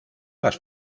las